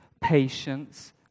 patience